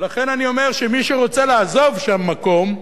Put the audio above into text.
לכן אני אומר שמי שרוצה לעזוב שם מקום,